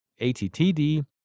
ATTD